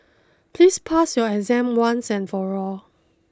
please pass your exam once and for all